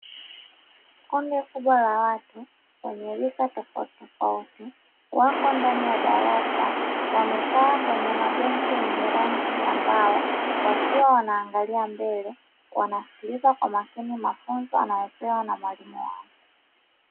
Kundi kubwa la watu wenye rika tofauti tofauti, wako ndani ya darasa, wamekaa kwenye mabenchi yenye rangi ya mbao, wakiwa wanaangalia mbele, wanasikiliza kwa makini, mafunzo wanayopewa na mwalimu wao.